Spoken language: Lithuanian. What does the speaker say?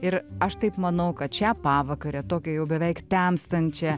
ir aš taip manau kad šią pavakarę tokią jau beveik temstančią